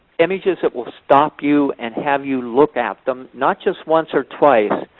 images that will stop you and have you look at them, not just once or twice,